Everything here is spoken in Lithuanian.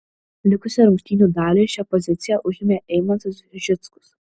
likusią rungtynių dalį šią poziciją užėmė eimantas žičkus